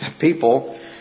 people